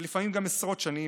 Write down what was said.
ולפעמים גם עשרות שנים,